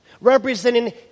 representing